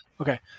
Okay